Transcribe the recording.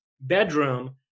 bedroom